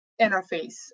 interface